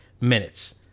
minutes